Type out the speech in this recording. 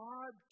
God